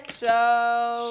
show